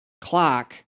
clock